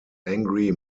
angry